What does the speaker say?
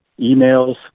emails